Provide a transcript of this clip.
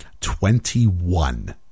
Twenty-one